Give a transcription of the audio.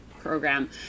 program